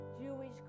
Jewish